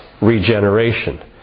regeneration